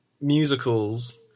musicals